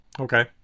Okay